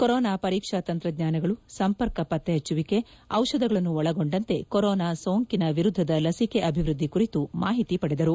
corona ಪರೀಕ್ಷಾ ತಂತ್ರಜ್ಞಾನಗಳು ಸಂಪರ್ಕ ಪತ್ತೆಹಚ್ಚುವಿಕೆ ಔಷಧಗಳನ್ನು ಒಳಗೊಂಡಂತೆ ಕೊರೊನಾ ಸೋಂಕಿನ ವಿರುದ್ದದ ಲಸಿಕೆ ಅಭಿವೃದ್ದಿ ಕುರಿತು ಮಾಹಿತಿ ಪಡೆದರು